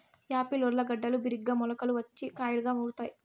Apple ఊర్లగడ్డలు బిరిగ్గా మొలకలు వచ్చి కాయలుగా ఊరుతాయి